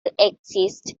exist